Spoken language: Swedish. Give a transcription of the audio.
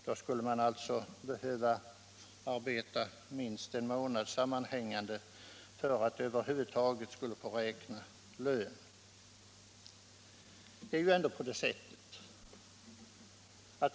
Det krävdes ju att de arbetar minst en månad sammanhängande för att de över huvud taget skall få räkna sig till godo någon lön.